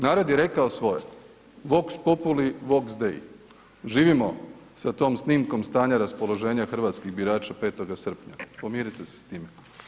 Narod je rekao svoje „Vox populi, vox dei“, živimo sa tom snimkom stanja raspoloženja hrvatskih birača 5. srpnja, pomirite se s time.